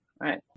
right